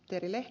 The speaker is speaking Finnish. perille